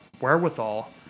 wherewithal